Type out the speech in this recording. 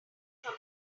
from